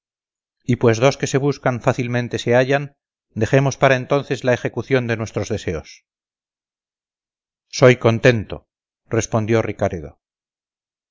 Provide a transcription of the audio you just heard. y pues dos que se buscan fácilmente se hallan dejemos para entonces la ejecución de nuestros deseos soy contento respondió ricaredo